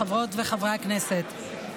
חברות וחברי הכנסת,